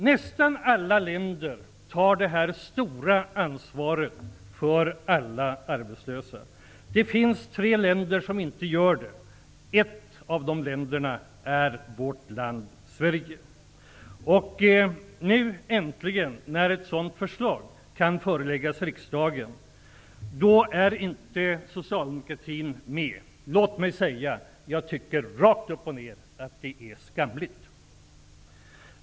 Nästan alla länder tar detta stora ansvar för alla arbetslösa. Det finns tre länder som inte gör det. Ett av de länderna är Sverige. När ett förslag nu äntligen kan föreläggas riksdagen är socialdemokratin inte med. Låt mig rakt upp och ned säga att jag tycker att det är skamligt!